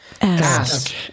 Ask